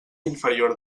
inferior